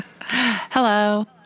Hello